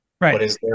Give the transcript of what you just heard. Right